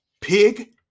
pig